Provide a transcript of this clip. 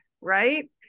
right